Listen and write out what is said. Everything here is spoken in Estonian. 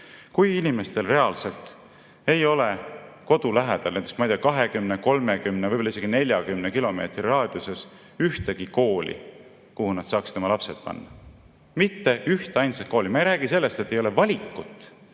kui inimestel reaalselt ei ole kodu lähedal, ma ei tea, 20, 30, võib-olla isegi 40 kilomeetri raadiuses ühtegi kooli, kuhu nad saaksid oma lapsed panna. Mitte ühteainsatki kooli! Ma ei räägi sellest, et ei ole valikut,